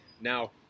Now